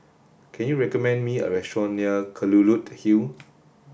can you recommend me a restaurant near Kelulut Hill